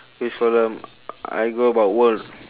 which column I go about world